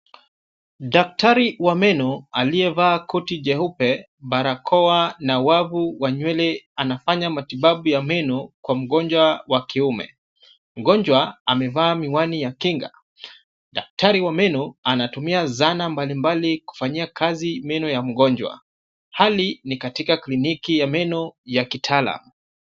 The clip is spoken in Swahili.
Daktari wa meno aliyevaa koti jeupe, barakoa na wavu wa nywele, anafanya matibabu ya meno kwa mgonjwa wa kiume. Mgonjwa amevaa miwani ya kinga. Daktari wa meno anatumia zana mbalimbali kufanyia kazi meno ya mgonjwa. Hali ni katika kliniki ya meno ya kitaalam.